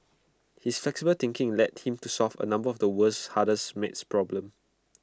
his flexible thinking led him to solve A number of the world's hardest math problems